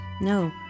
No